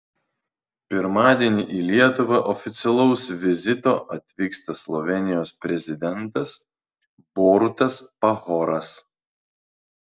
pirmadienį į lietuvą oficialaus vizito atvyksta slovėnijos prezidentas borutas pahoras